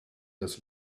das